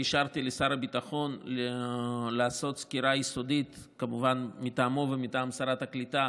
והשארתי לשר הביטחון לעשות סקירה יסודית מטעמו ומטעם שרת הקליטה